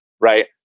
right